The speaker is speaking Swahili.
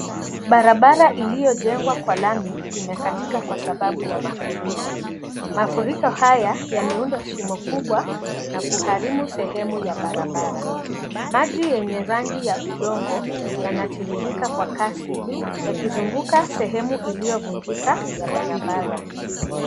Barabara iliyojengwa kwa lami imekatika kwa sababu ya mafuriko. Mafuriko haya yameunda shimo kubwa na kuharibu sehemu ya barabara. Maji yenye rangi ya udongo yanatiririka kwa kasi yakizunguka sehemu iliyovunjika ya barabara.